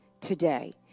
today